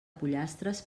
pollastres